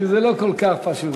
כי זה לא כל כך פשוט.